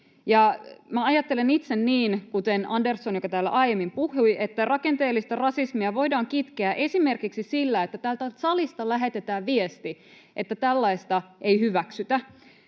ajattelen itse niin, kuten Andersson, joka täällä aiemmin puhui, että rakenteellista rasismia voidaan kitkeä esimerkiksi sillä, että täältä salista lähetetään viesti, että tällaista ei hyväksytä.